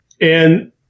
And-